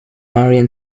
marion